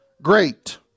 great